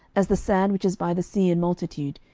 as the sand which is by the sea in multitude,